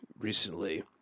recently